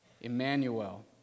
Emmanuel